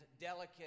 delicate